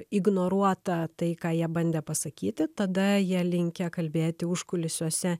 ignoruota tai ką jie bandė pasakyti tada jie linkę kalbėti užkulisiuose